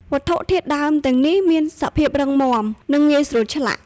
វត្ថុធាតុដើមទាំងនេះមានសភាពរឹងមាំ និងងាយស្រួលឆ្លាក់។